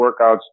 workouts